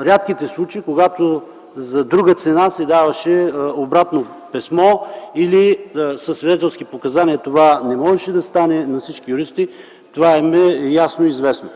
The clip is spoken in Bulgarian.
редките случаи, когато за друга цена се даваше обратно писмо, със свидетелски показания това не можеше да стане. На всички юристи това им е ясно и известно.